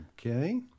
Okay